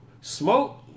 Smoke